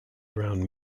around